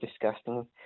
disgusting